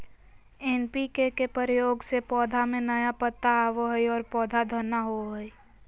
NPK के प्रयोग से पौधा में नया पत्ता आवो हइ और पौधा घना होवो हइ